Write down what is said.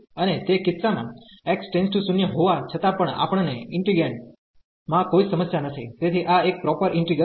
અને તે કિસ્સામાં x → 0 હોવા છતાં પણ આપણને ઈન્ટિગ્રેન્ડ માં કોઈ સમસ્યા નથી તેથી આ એક પ્રોપર ઈન્ટિગ્રલ છે